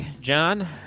John